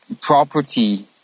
property